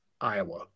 Iowa